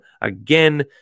again